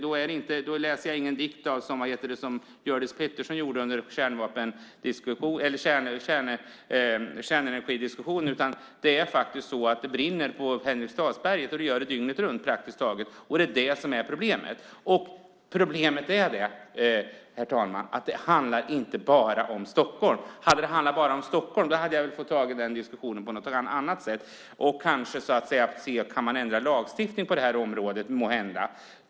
Och då läser jag ingen dikt som Hjördis Pettersson gjorde under kärnenergidiskussionen, utan det brinner faktiskt på Henriksdalsberget praktiskt taget dygnet runt. Det är det som är problemet. Problemet är, herr talman, att det inte bara handlar om Stockholm. Hade det bara handlat om Stockholm hade jag fått ta den diskussionen någon annanstans och kanske försökt se om man måhända kan ändra lagstiftningen på området.